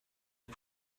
had